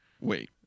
wait